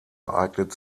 eignet